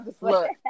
look